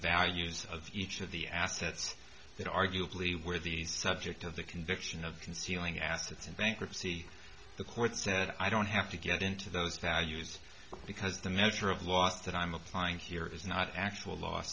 values of each of the assets that arguably where the subject of the conviction of concealing assets in bankruptcy the court said i don't have to get into those values because the measure of loss that i'm applying here is not actual los